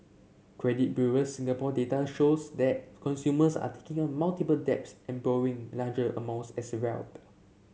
credit Bureau Singapore data shows that consumers are taking on multiple debts and borrowing larger amounts as well